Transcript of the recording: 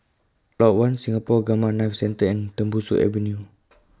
Lot one Singapore Gamma Knife Centre and Tembusu Avenue